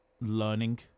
learning